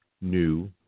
new